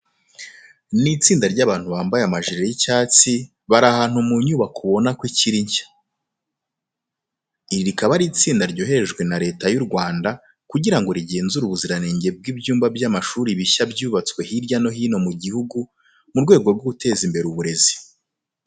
Ni itsinda ry'abantu bambaye amajire asa icyatsi, bari ahantu mu nyubako ubona ko ikiri nshya. Iri rikaba ari itsinda ryoherejwe na Leta y'u Rwanda kugira ngo rigenzure ubuziranenge bw'ibyumba by'amashuri bishya byubatswe hirya no hino mu gihugu mu rwego rwo guteza imbere uburezi.